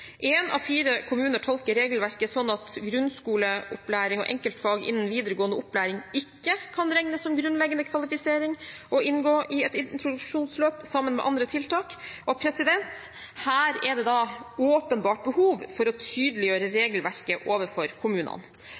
av fire kommuner tolker regelverket sånn at grunnskoleopplæring og enkeltfag innen videregående opplæring ikke kan regnes som grunnleggende kvalifisering og inngå i et introduksjonsløp sammen med andre tiltak. Her er det åpenbart behov for å tydeliggjøre regelverket overfor kommunene.